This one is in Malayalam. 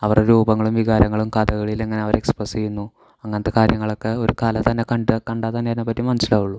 അവർ രൂപങ്ങളും വികാരങ്ങളും കഥകളിയിൽ എങ്ങനെ അവർ എക്സ്പ്രെസ്സ് ചെയ്യുന്നു അങ്ങനെത്തെ കാര്യങ്ങളൊക്ക ഒരു കലതന്നെ കണ്ട് കണ്ടാൽത്തന്നെ അതിനെപ്പറ്റി മനസ്സിലാകുള്ളൂ